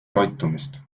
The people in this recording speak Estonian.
toitumist